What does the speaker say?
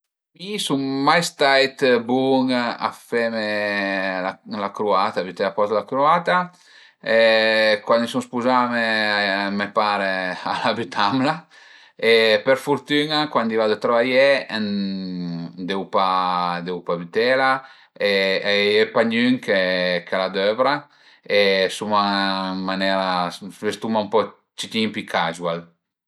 Mi sun mai stait bun a feme la cruata, a büteme a post la cruata, cuandi i sun spuzame me pare al a bütamla e për furtün-a cuandi i vadu travaié devu pa devu pa bütela e a ie pa gnün ch'a la dövra e suma ën manera, s'vestuma ën po citin pi casual